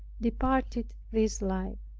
departed this life.